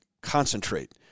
concentrate